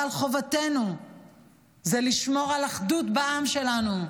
אבל חובתנו לשמור על אחדות בעם שלנו,